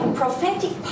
prophetic